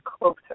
closer